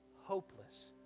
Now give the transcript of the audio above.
hopeless